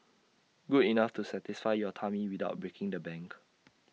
good enough to satisfy your tummy without breaking the bank